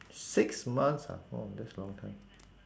six months ah wow that's a long time